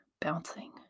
bouncing